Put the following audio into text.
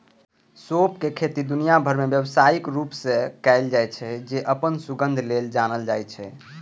सौंंफक खेती दुनिया भरि मे व्यावसायिक रूप सं कैल जाइ छै, जे अपन सुगंध लेल जानल जाइ छै